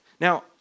Now